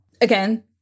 Again